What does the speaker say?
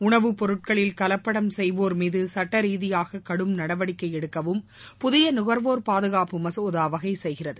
உணவு பொருட்களில் கலப்படம் செய்வோர் மீது சுட்டரீதியாக கடும் நடவடிக்கை எடுக்கவும் புதிய நுகர்வோர் பாதுகாப்பு மசோதா வகை செய்கிறது